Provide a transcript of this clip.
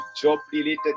job-related